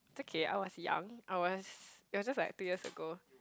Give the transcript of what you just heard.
okay I was young I was it was just like two years ago